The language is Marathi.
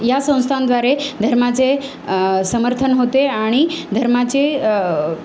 या संस्थांद्वारे धर्माचे समर्थन होते आणि धर्माचे